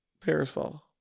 Parasol